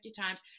times